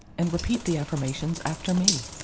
and repeat the affirmations after me.